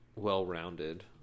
well-rounded